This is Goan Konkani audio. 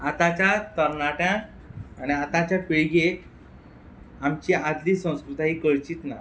आतांच्या तरनाट्यांक आनी आतांच्या पिळगेक आमची आदली संस्कृताय ही कळचीच ना